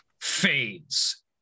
fades